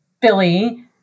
Billy